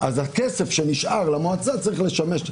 אז הכסף שנשאר למועצה צריך לשמש.